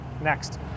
next